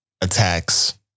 attacks